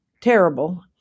terrible